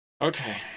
Okay